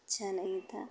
अच्छा नहीं था